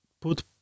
put